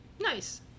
Nice